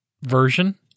version